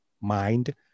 mind